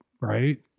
right